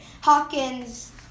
Hawkins